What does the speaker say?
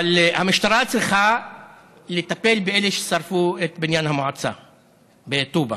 אבל המשטרה צריכה לטפל באלה ששרפו את בניין המועצה בטובא.